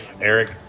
Eric